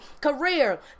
career